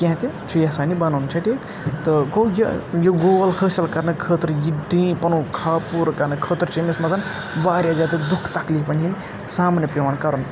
کینٛہہ تہِ چھُ یژھان یہِ بَنُن چَھا ٹِھیٖک گوٚو یہِ گول حٲصِل کَرنہٕ خٲطرٕ یہِ ٹی یہِ پَنُن خواب پُورٕ کَرنہٕ خٲطرٕ چھِ أمِس منٛز واریاہ دکھ تکلِیٖفن ہِنٛدۍ سامنہٕ پِیٚوان کَرُن